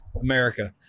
America